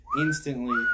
instantly